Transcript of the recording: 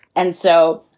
and so,